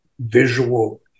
visual